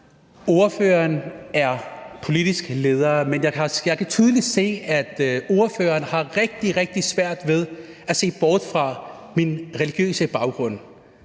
Ordføreren er politisk leder, men jeg kan tydeligt se, at spørgeren har rigtig, rigtig svært ved at se bort fra min religiøse baggrund